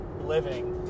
living